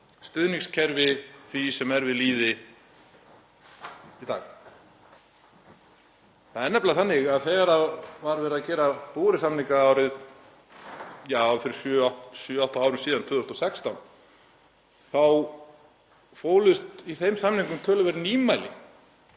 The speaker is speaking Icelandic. stuðningskerfi því sem er við lýði í dag. Það er nefnilega þannig að þegar var verið að gera búvörusamninga fyrir sjö, átta árum síðan, 2016, þá fólust í þeim samningum töluverð nýmæli